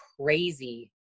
crazy